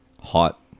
hot